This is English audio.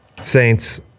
Saints